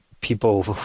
people